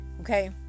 Okay